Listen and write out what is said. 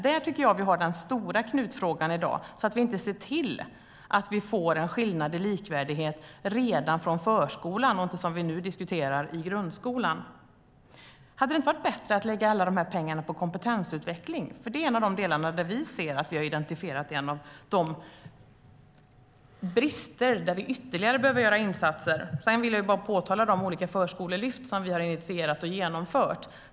Där tycker jag att vi har den stora knutfrågan, att vi inte ser till att vi får skillnader i likvärdighet redan i förskolan. Hade det inte varit bättre att lägga alla de här myckna pengarna på kompetensutveckling? Det är en av de delar där vi har identifierat brister och där vi ytterligare behöver göra insatser. Sedan vill jag bara påpeka de olika förskolelyft som vi har initierat och genomfört.